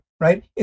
right